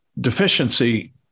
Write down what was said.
deficiency